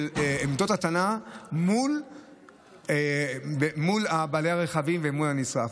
עמדות הטענה מול בעלי הרכבים ומול הנצרך.